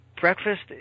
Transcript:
breakfast